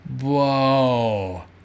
Whoa